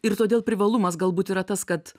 ir todėl privalumas galbūt yra tas kad